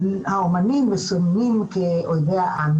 האמנים מסומנים כאויבי העם,